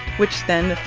which then,